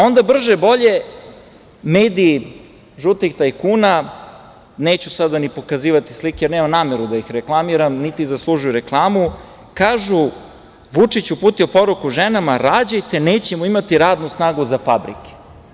Onda, brže-bolje, mediji žutih tajkuna, neću sada pokazivati slike jer nemam nameru da ih reklamiram, niti zaslužuju reklamu, kažu - Vučić uputio poruku ženama: "rađajte, nećemo imati radnu snagu za fabrike"